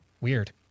Weird